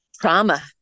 trauma